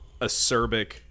acerbic